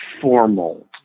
formal